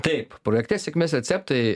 taip projekte sėkmės receptai